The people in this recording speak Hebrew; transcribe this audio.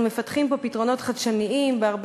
אנחנו מפתחים פה פתרונות חדשניים בהרבה